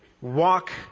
walk